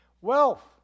wealth